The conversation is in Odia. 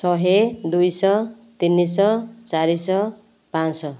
ଶହେ ଦୁଇଶହ ତିନିଶହ ଚାରିଶହ ପାଞ୍ଚଶହ